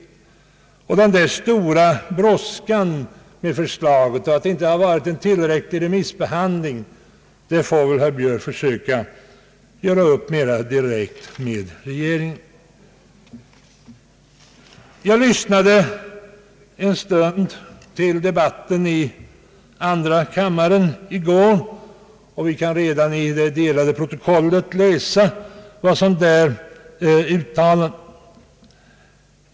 Kritiken på grund av den stora brådskan med förslaget och över att en tillräcklig remissbehandling inte ägt rum får herr Björk försöka göra upp mera direkt med regeringen. Jag lyssnade en stund till debatten i andra kammaren i går, och vi kan redan 1 det utdelade protokollet läsa vad som uttalades där.